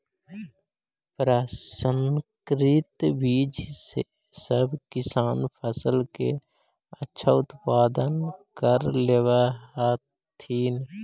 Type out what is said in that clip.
प्रसंकरित बीज से सब किसान फसल के अच्छा उत्पादन कर लेवऽ हथिन